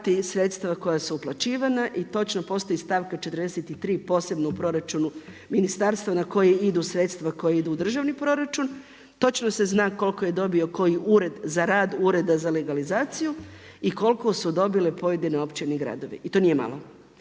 sredstva koja su uplaćivana i točno postoji stavka 43 posebno u proračunu ministarstva na koji idu sredstva koja idu u državni proračun. Točno se zna koliko je dobio koji ured za rad ureda za legalizaciju i koliko su dobile pojedine općine i gradovi i to nije malo.